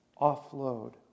offload